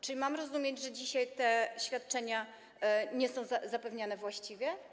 Czy mam rozumieć, że dzisiaj te świadczenia nie są zapewniane właściwie?